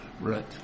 Right